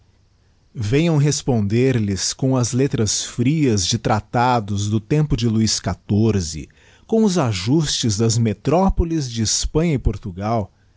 venham responder lhes com as letras frias de toatados do tempo de luiz xiv com os ajustes das metropolis de hespanha e portugal